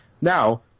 Now